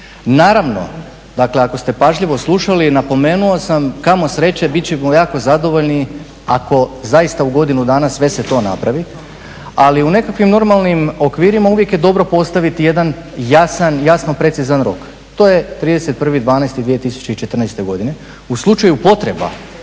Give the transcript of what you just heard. Naravno, dakle ako ste pažljivo slušali, napomenuo sam kamo sreće bit ćemo jako zadovoljni ako zaista u godinu dana sve se to napravi, ali u nekakvim normalnim okvirima uvijek je dobro postaviti jedan jasna, jasno precizan rok to je 31.12.2014. godine. U slučaju potreba